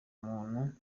muntu